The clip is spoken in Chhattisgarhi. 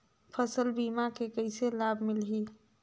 फसल बीमा के कइसे लाभ मिलही?